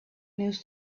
news